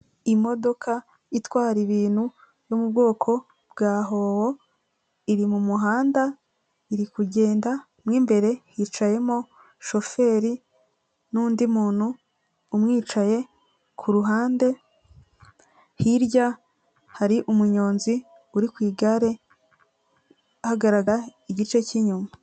Imodoka itwara ibintu yo mu bwoko bwa hoho, iri mu muhanda iri kugenda, mo imbere hicayemo shoferi n'undi muntu umwicaye ku ruhande, hirya hari umunyonzi uri ku igare hagaragara igice k'inyuma.